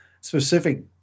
specific